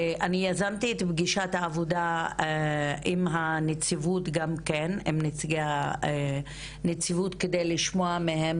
אני יזמתי את פגישת העבודה גם עם נציגי הנציבות כדי לשמוע מהם